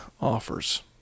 offers